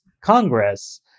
Congress